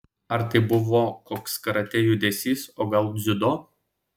ar tai buvo koks karatė judesys o gal dziudo